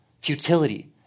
Futility